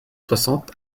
soixante